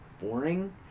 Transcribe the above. boring